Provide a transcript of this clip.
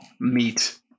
meat